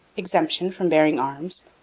exemption from bearing arms,